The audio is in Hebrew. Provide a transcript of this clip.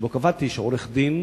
ובו קבעתי שעורך-דין,